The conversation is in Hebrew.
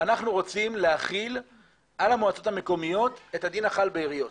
אנחנו רוצים להחיל על המועצות המקומיות את הדין החל בעיריות.